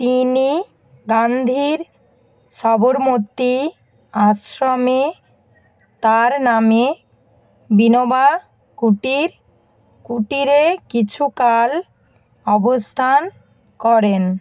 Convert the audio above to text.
তিনি গান্ধীর সবরমতী আশ্রমে তার নামে বিনোবা কুটির কুটিরে কিছুকাল অবস্থান করেন